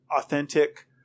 authentic